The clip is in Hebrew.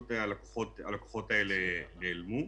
הלקוחות האלה פשוט נעלמו.